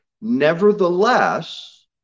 nevertheless